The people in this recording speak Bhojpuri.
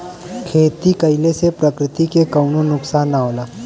खेती कइले से प्रकृति के कउनो नुकसान ना होला